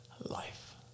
life